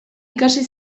ikasi